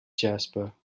jasper